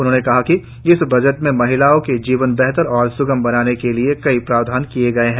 उन्होंने कहा कि इस बजट में महिलाओं का जीवन बेहतर और स्गम बनाने के लिए कई प्रावधान किये गये हैं